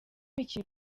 mikino